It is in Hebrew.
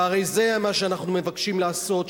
והרי זה מה שאנחנו מבקשים לעשות,